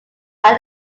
are